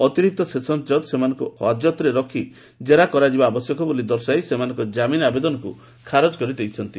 ଅତିରିକ୍ତ ସେସନ୍ସ ଜକ୍ ସେମାନଙ୍କୁ ହାଜତରେ ରଖି କେରା କରାଯିବା ଆବଶ୍ୟକ ବୋଲି ଦର୍ଶାଇ ସେମାନଙ୍କ ଜାମିନ ଆବେଦନକୁ ଖାରଜ କରିଦେଇଛନ୍ତି